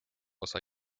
osa